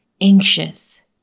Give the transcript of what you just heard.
anxious